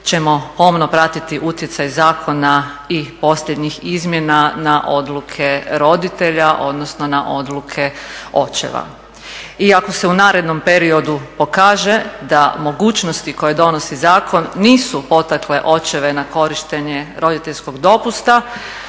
ćemo pomno pratiti utjecaj zakona i posljednjih izmjena na odluke roditelja odnosno na odluke očeva. I ako se u narednom periodu pokaže da mogućnosti koje donosi zakon nisu potakle očeve na korištenje roditeljskog dopusta,